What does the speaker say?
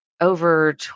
over